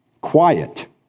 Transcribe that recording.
Quiet